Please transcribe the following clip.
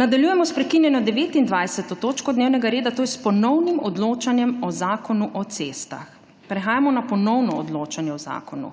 Nadaljujemo s prekinjeno 29. točko dnevnega reda, to je s ponovnim odločanjem o Zakonu o cestah. Prehajamo na ponovno odločanje o zakonu.